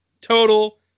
total